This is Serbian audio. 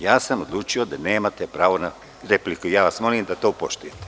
Ja sam odlučio da nemate pravo na repliku i molim vas da to poštujete.